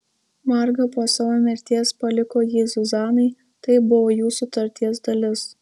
marga po savo mirties paliko jį zuzanai tai buvo jų sutarties dalis